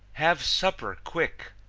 have supper quick,